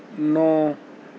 نو